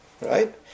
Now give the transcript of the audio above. right